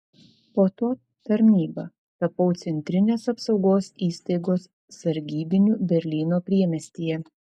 po to tarnyba tapau centrinės apsaugos įstaigos sargybiniu berlyno priemiestyje